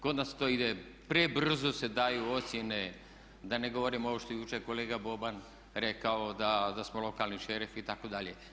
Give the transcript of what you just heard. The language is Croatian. Kod nas to ide prebrzo se daju ocjene, da ne govorim ovo što je jučer kolega Boban rekao da smo lokalni šerifi itd.